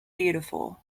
beautiful